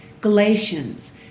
Galatians